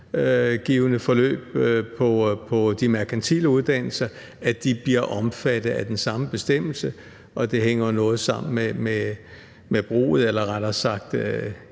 forløb på de merkantile uddannelser, bliver omfattet af den samme bestemmelse, og det hænger jo noget sammen med anvendelsen af eller rettere sagt